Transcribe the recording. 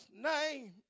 name